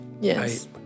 Yes